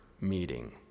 meeting